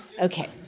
Okay